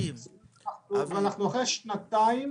אנחנו אחרי שנתיים